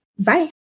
Bye